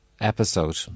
episode